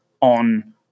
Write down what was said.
on